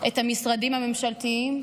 את המשרדים הממשלתיים.